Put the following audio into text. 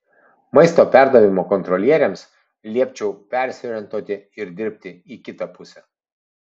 maisto perdavimo kontrolieriams liepčiau persiorientuoti ir dirbti į kitą pusę